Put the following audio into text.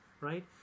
right